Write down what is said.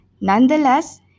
Nonetheless